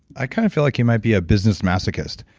i kind of feel like you might be a business masochist.